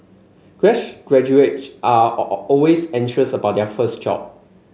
fresh graduates are always anxious about their first job